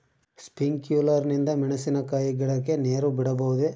Sprinkler ನಿಂದ ಮೆಣಸಿನಕಾಯಿ ಗಿಡಕ್ಕೆ ನೇರು ಬಿಡಬಹುದೆ?